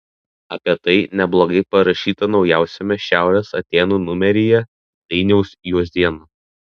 apie tai neblogai parašyta naujausiame šiaurės atėnų numeryje dainiaus juozėno